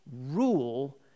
rule